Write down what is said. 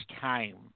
time